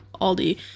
Aldi